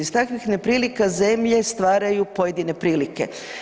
Iz takvih neprilika zemlje stvaraju pojedine prilike.